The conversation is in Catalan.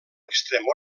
extrem